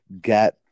get